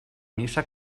missa